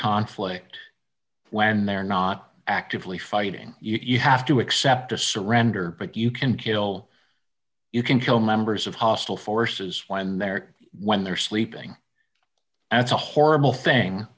conflict when they're not actively fighting you have to accept a surrender but you can kill you can kill members of hostile forces when america when they're sleeping that's a horrible thing